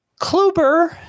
Kluber